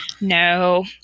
No